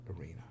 arena